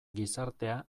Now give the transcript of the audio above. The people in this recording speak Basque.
gizartea